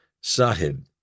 sahib